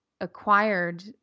acquired